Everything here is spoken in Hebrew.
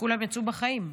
וכולם יצאו בחיים.